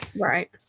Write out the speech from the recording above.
Right